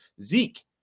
Zeke